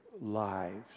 lives